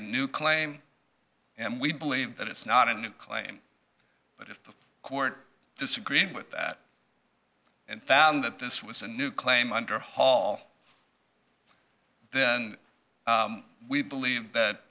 a new claim and we believe that it's not a new claim but if the court disagreed with that and found that this was a new claim under hall then we believe that